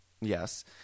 Yes